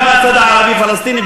גם מהצד הערבי-פלסטיני,